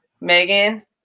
Megan